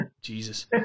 Jesus